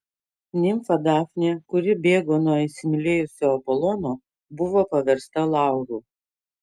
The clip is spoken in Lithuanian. nimfa dafnė kuri bėgo nuo įsimylėjusio apolono buvo paversta lauru